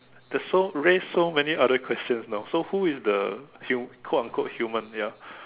that's so raised so many other questions no so who is the hu~ quote unquote human ya